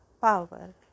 power